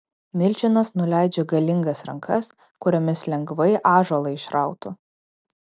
milžinas nuleidžia galingas rankas kuriomis lengvai ąžuolą išrautų